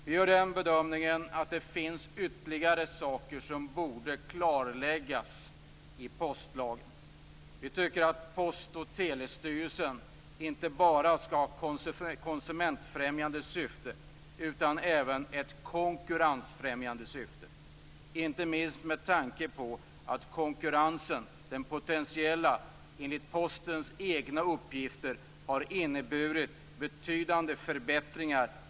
Vi gör bedömningen att det finns ytterligare saker som borde klarläggas i postlagen. Vi tycker att Postoch telestyrelsen inte bara skall ha ett konsumentfrämjande syfte. Den skall även ha ett konkurrensfrämjande syfte, inte minst med tanke på att konkurrensen, den potentiella, enligt Postens egna uppgifter har inneburit betydande förbättringar.